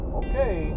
okay